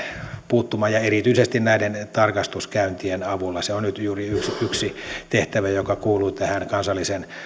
puuttumaan ja erityisesti näiden tarkastuskäyntien avulla se on nyt juuri yksi tehtävä joka kuuluu kansallisen